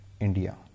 India